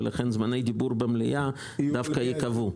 ולכן זמני הדיבור במליאה דווקא ייקבעו.